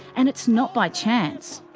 and it's not by chance.